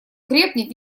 крепнет